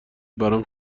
برام